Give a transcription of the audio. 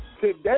Today